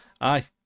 aye